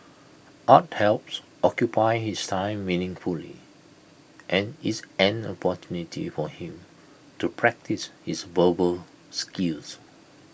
art helps occupy his time meaningfully and is an opportunity for him to practise his verbal skills